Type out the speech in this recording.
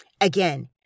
Again